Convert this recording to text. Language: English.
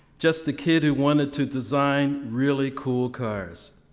just a kid who wanted to design really cool cars.